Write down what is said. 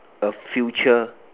a future